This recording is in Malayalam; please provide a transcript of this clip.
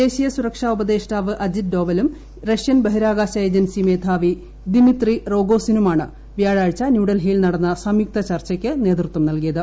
ദേശീയ സുരക്ഷാ ഉപദേഷ്ടാവ് അജിത് ഡോവലും റഷ്യൻ ബഹിരാകാശ ഏജൻസി മേധാവി ദിമിത്രി റോഗോസിനുമാണ് വ്യാഴാഴ്ച ന്യൂഡൽഹിയിൽ നടന്ന സംയുക്ത ചർച്ചയ്ക്ക് നേതൃത്വം നൽകിയത്